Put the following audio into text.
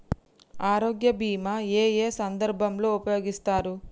ఆరోగ్య బీమా ఏ ఏ సందర్భంలో ఉపయోగిస్తారు?